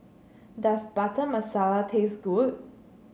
does Butter Masala taste good